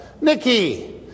Nikki